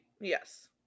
yes